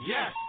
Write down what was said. Yes